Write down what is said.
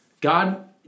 God